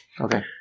Okay